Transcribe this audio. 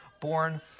born